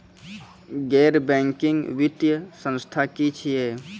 गैर बैंकिंग वित्तीय संस्था की छियै?